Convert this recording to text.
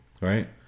right